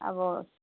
अब